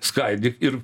skaldyk ir